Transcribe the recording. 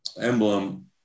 emblem